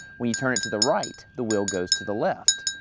when you turn it to the right, the wheel goes to the left.